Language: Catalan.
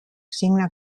signe